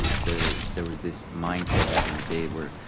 there there was this mindset back in the day where,